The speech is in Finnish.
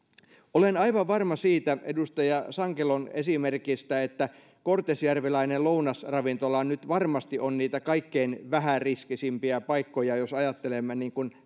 olen aivan varma siitä edustaja sankelon esimerkistä että kortesjärveläinen lounasravintola nyt varmasti on niitä kaikkein vähäriskisimpiä paikkoja jos ajattelemme